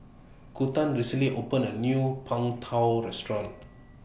Kunta recently opened A New Png Tao Restaurant